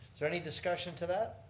there any discussion to that?